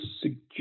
suggest